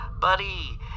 Buddy